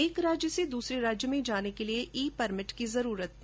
एक राज्य से दूसरे राज्य में जाने के लिए ई परमिट की जरूरत नहीं होगी